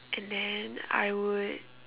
and then I would